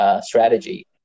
Strategy